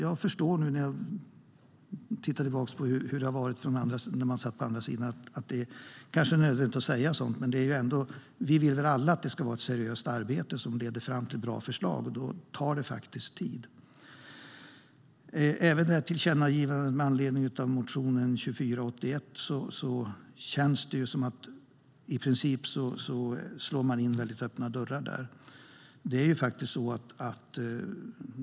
När jag tittar tillbaka på hur det var när man satt på andra sidan kan jag förstå att det kanske är nödvändigt att säga så, men vi vill väl alla att det ska vara ett seriöst arbete som leder fram till bra förslag. Då tar det faktiskt tid. Även när det gäller tillkännagivandet med anledning av motion 2481 känns det som att man i princip slår in öppna dörrar.